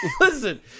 Listen